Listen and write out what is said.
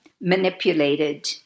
manipulated